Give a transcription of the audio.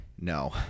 No